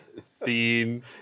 scene